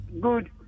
Good